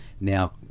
now